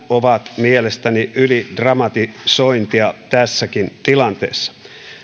ovat mielestäni ylidramatisointia tässäkin tilanteessa